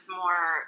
more